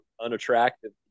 unattractive